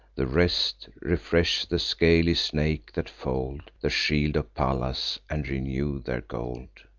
the rest refresh the scaly snakes that fold the shield of pallas, and renew their gold.